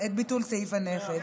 ביטול סעיף הנכד,